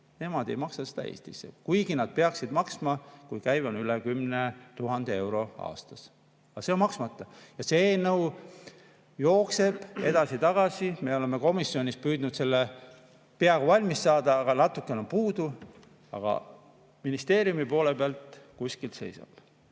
Nemad ei maksa seda [maksu] Eestis, kuigi nad peaksid maksma, kui käive on üle 10 000 euro aastas. See on maksmata. Ja see eelnõu jookseb edasi-tagasi. Me oleme komisjonis püüdnud seda valmis saada, natukene on puudu. Aga ministeeriumi poole peal kuskil seisab.